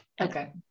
Okay